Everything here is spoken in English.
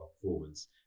performance